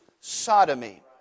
sodomy